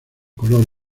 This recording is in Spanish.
color